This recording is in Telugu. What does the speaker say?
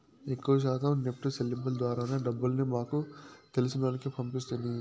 ఎక్కవ శాతం నెప్టు సెల్లింపుల ద్వారానే డబ్బుల్ని మాకు తెలిసినోల్లకి పంపిస్తిని